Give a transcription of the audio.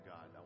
God